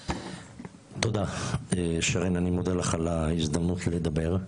תודה, שרן, אני מודה לך על ההזדמנות לדבר.